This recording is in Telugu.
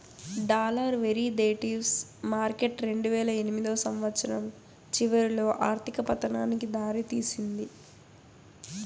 డాలర్ వెరీదేటివ్స్ మార్కెట్ రెండువేల ఎనిమిదో సంవచ్చరం చివరిలో ఆర్థిక పతనానికి దారి తీసింది